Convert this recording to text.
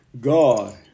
God